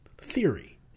theory